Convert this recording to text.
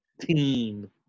team